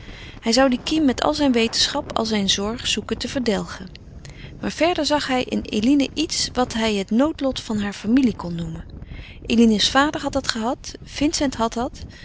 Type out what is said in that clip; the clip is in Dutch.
hij zou die kiem met al zijn wetenschap al zijn zorg zoeken te verdelgen maar verder zag hij in eline iets wat hij het noodlot der familie kon noemen eline's vader had dat gehad vincent had